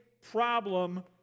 problem